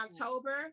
October